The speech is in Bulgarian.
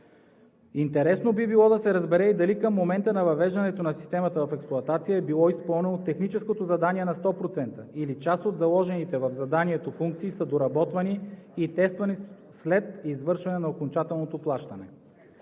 Интересно би било да се разбере и дали към момента на въвеждането на системата в експлоатация е било изпълнено техническото задание на 100% или част от заложените в заданието функции са доработвани и тествани след извършване на окончателното плащане.